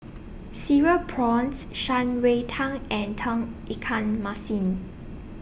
Cereal Prawns Shan Rui Tang and Tauge Ikan Masin